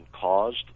caused